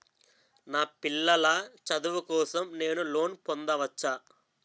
నా పిల్లల చదువు కోసం నేను లోన్ పొందవచ్చా?